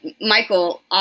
Michael